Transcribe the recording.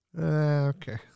Okay